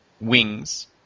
wings